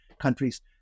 countries